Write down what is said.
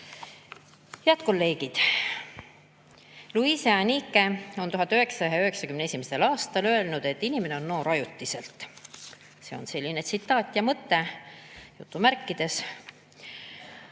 kolleegid! Louise Anike on 1991. aastal öelnud, et inimene on noor ajutiselt. See on tema tsitaat ja mõte, jutumärkides.